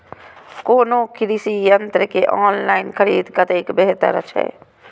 कोनो कृषि यंत्र के ऑनलाइन खरीद कतेक बेहतर छै?